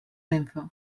renfe